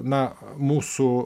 na mūsų